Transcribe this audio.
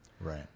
Right